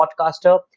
podcaster